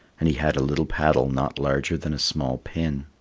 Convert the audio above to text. and he had a little paddle not larger than a small pin.